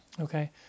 Okay